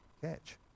catch